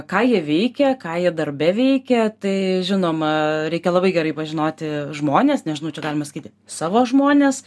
ką jie veikia ką jie darbe veikia tai žinoma reikia labai gerai pažinoti žmones nežinau čia galima sakyti savo žmones